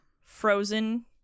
frozen